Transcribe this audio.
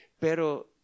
pero